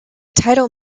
title